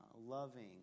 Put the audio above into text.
loving